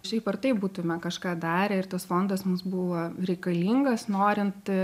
šiaip ar taip būtume kažką darę ir tas fondas mums buvo reikalingas norint